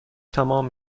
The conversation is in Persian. تمام